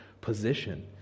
position